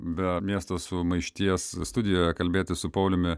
be miesto sumaišties studijoje kalbėtis su pauliumi